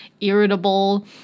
irritable